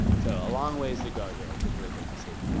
so a long ways to go here, which is really good to see.